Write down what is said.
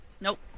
Nope